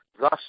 Thus